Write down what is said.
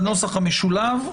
בנוסח המשולב,